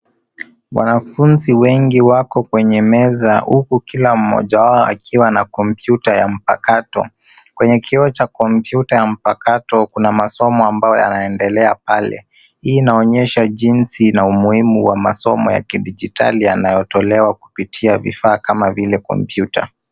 Wanafunzi wengi wako kwenye meza huku kila mmoja wao akiwa na kompyuta ya mpakato. Kwenye kioo cha kompyuta ya mpakato kuna masomo ambayo yanaendelea pale. Hii inaonyesha jinsi na umuhimu wa masomo ya kidijitali yanayotolewa kupitia vifaa kama vile kompyuta.